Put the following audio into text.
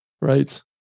right